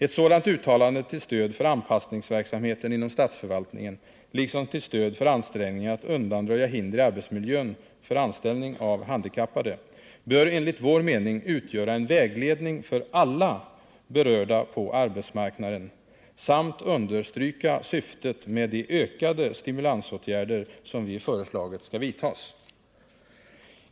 Ett sådant uttalande till stöd för anpassningsverksamheten inom statsförvaltningen, liksom till stöd för ansträngningar att undanröja hinder i arbetsmiljön för anställning av handikappade, bör enligt vår mening utgöra en vägledning för alla berörda på arbetsmarknaden samt understryka syftet med de ökade stimulansåtgärder som vi föreslagit skall vidtas.